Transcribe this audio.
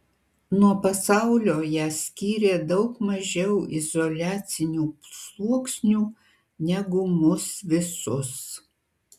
nuo pasaulio ją skyrė daug mažiau izoliacinių sluoksnių negu mus visus